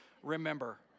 remember